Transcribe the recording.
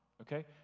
okay